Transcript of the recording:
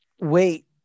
Wait